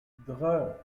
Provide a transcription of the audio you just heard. dre